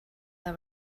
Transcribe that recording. del